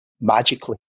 magically